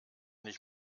nicht